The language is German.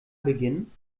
beginnen